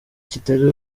kitari